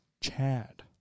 Chad